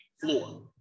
floor